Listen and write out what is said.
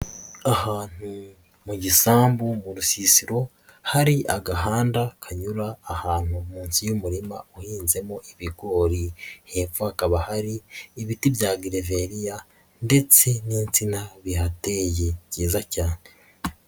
Ahantu mu gisambu mu rusisiro hari agahanda kanyura ahantu munsi y'umurima uhinzemo ibigori, hepfo hakaba hari ibiti bya gereveriya ndetse n'insina bihateye byiza cyane.